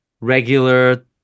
regular